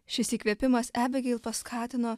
šis įkvėpimas ebigeil paskatino